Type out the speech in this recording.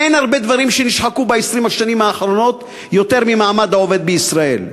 אין הרבה דברים שנשחקו ב-20 השנים האחרונות יותר ממעמד העובד בישראל.